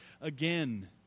again